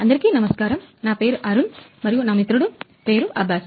అందరికీ నమస్కారం నా పేరు అరుణ్ మరియు నా మిత్రుడు పేరు అబ్బాస్